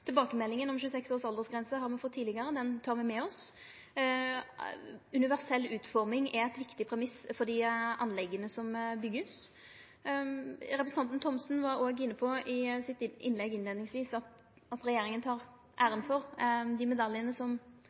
Tilbakemeldinga om ei aldersgrense på 26 år har me fått tidlegare, det tek me med oss. Universell utforming er eit viktig premiss for dei anlegga som vert bygde. Representanten Thomsen var innleiingsvis i sin replikk òg inne på at regjeringa tek æra for dei medaljane som